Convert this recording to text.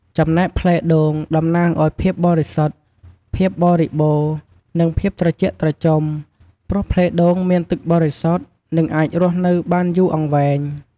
ចំណែកផ្លែដូង តំណាងឲ្យ ភាពបរិសុទ្ធ ភាពបរិបូណ៌ និងភាពត្រជាក់ត្រជុំ ព្រោះផ្លែដូងមានទឹកបរិសុទ្ធ និងអាចរស់នៅបានយូរអង្វែង។